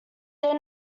their